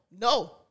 no